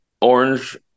orange